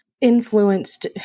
influenced